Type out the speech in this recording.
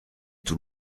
tout